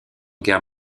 guerre